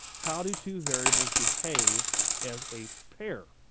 how do two variables behave as a pair?